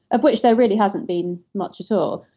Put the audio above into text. of which there really hasn't been much at all,